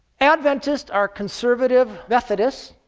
adventists are conservative methodists.